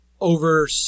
over